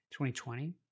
2020